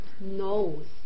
knows